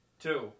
two